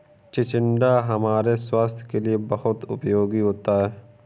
चिचिण्डा हमारे स्वास्थ के लिए बहुत उपयोगी होता है